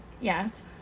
Yes